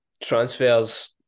transfers